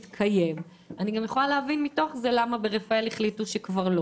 אני גם יכולה להבין מתוך זה למה ברפאל החליטו שלא.